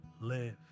live